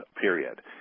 period